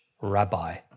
rabbi